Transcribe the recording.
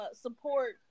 support